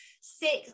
six